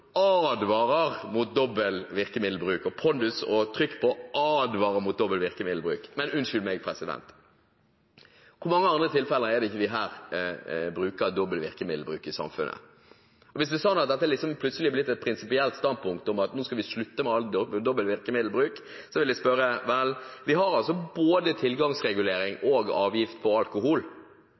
advarer mot dobbel virkemiddelbruk – med pondus og trykk på ordene: advarer mot dobbel virkemiddelbruk. Men unnskyld meg – hvor mange andre tilfeller er det ikke vi her i samfunnet bruker dobbel virkemiddelbruk? Hvis det er sånn at dette plutselig er blitt et prinsipielt standpunkt om at nå skal vi slutte med all dobbel virkemiddelbruk, vil jeg nevne: Vi har både tilgangsregulering og avgift på alkohol.